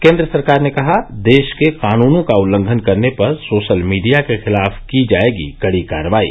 केन्द्र सरकार ने कहा देश के कानूनों का उल्लंघन करने पर सोशल मीडिया के खिलाफ की जाएगी कड़ी कार्रवाई